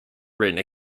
written